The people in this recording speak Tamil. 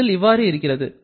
இதில் இவ்வாறு இருக்கிறது